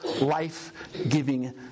life-giving